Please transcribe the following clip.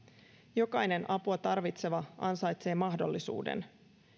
jokainen apua tarvitseva ansaitsee mahdollisuuden